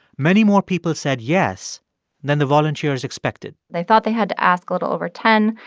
many more people said yes than the volunteers expected they thought they had to ask a little over ten.